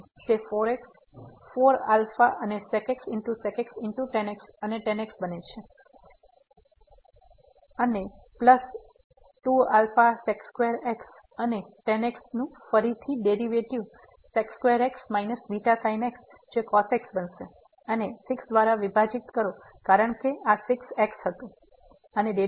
તેથી પછી તે 4x 4 આલ્ફા અને sec x sec x tan x અને tan x બને છે અને પ્લસ 2αx અને tan x નું ફરીથી ડેરીવેટીવ x β sin x જે cos x બનશે અને 6 દ્વારા વિભાજીત કરો કારણ કે આ 6 x હતું અને ડેરિવેટિવ 6 છે